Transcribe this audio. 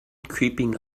creeping